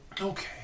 Okay